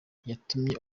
yatumye